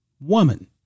woman